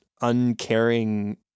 uncaring